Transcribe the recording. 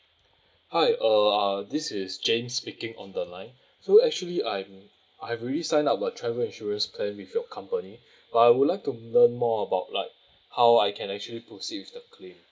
hi uh uh this is james speaking on the line so actually I'm I already sign up a travel insurance plan with your company but I would like to learn more about like how I can actually proceed with the claim